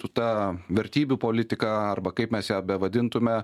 tą vertybių politiką arba kaip mes ją bevadintume